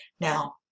Now